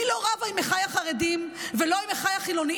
אני לא רבה עם אחיי החרדים ולא עם אחיי החילונים